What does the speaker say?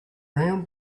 brown